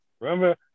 remember